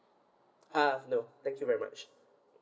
err no thank you very much